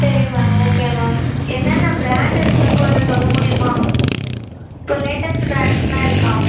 சரி ma'am okay ma'am என்னென்ன brand இருக்குதுன்னு கொஞ்சம் சொல்ல முடியுமா இப்போ லேட்டஸ்ட்டு ப்ராண்ட்ஸெலாம் இருக்கா